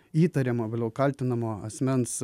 įtariamo vėliau kaltinamo asmens